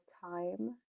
time